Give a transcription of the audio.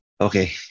Okay